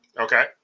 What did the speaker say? Okay